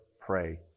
pray